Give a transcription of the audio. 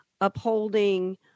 upholding